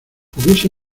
hubiese